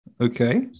Okay